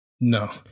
No